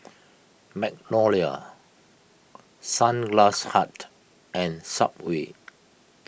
Magnolia Sunglass Hut and Subway